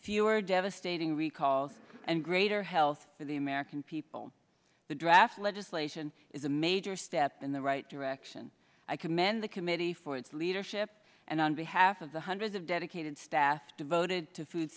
fewer devastating recalls and greater health really american people the draft legislation is a major step in the right direction i commend the committee for its leadership and on behalf of the hundreds of dedicated staff devoted to food